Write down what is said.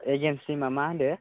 against टिमा मा होनदो